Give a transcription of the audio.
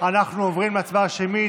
עוברים להצבעה שמית.